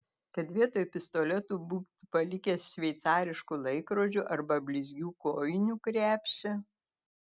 kad vietoj pistoletų būtų palikę šveicariškų laikrodžių arba blizgių kojinių krepšį